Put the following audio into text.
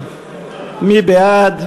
מי בעד?